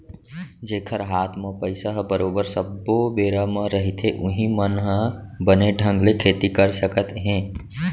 जेखर हात म पइसा ह बरोबर सब्बो बेरा म रहिथे उहीं मन ह बने ढंग ले खेती कर सकत हे